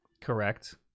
Correct